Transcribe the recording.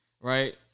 right